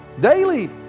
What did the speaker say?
daily